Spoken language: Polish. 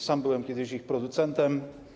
Sam byłem kiedyś ich producentem.